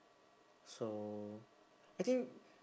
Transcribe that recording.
so I think